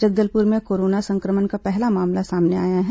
जगदलपुर में कोरोना संक्रमण का पहला मामला सामने आया है